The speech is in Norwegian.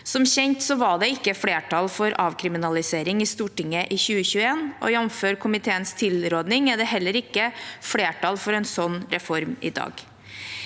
Som kjent var det ikke flertall for avkriminalisering i Stortinget i 2021, og jf. komiteens tilråding er det heller ikke flertall for en slik reform i dag.